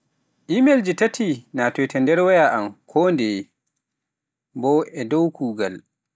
Imel nji taati natoyta nder wayawal an, konde deye dow kuugal.